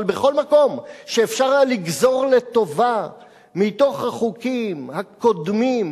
אבל בכל מקום שאפשר היה לגזור לטובה מתוך החוקים הקודמים,